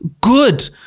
good